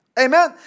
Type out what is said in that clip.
amen